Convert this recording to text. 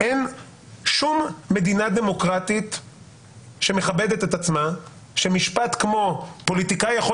אין שום מדינה דמוקרטית שמכבדת את עצמה שמשפט כמו: פוליטיקאי יכול